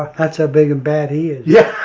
that's how big and bad he is. yeah.